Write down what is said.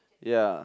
ya